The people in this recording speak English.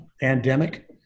pandemic